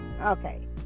Okay